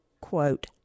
quote